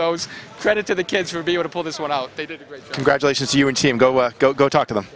those credit to the kids will be able to pull this one out congratulations you and team go go go talk to them